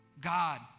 God